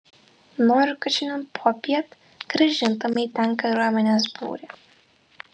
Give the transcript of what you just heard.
noriu kad šiandien popiet grąžintumei ten kariuomenės būrį